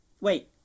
Wait